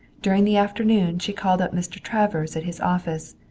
during the afternoon she called up mr. travers at his office,